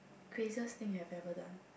craziest thing you have ever done